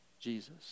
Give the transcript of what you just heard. Jesus